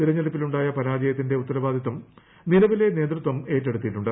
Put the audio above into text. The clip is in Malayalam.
തിരഞ്ഞെടുപ്പിലു ണ്ടായ പരാജയത്തിന്റെ ഉത്തരവാദിത്തം നിലവിലെ നേതൃത്വം ഏറ്റെടുത്തിട്ടുണ്ട്